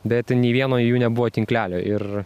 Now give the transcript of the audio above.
bet nei vieno jų nebuvo tinklelio ir